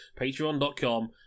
patreon.com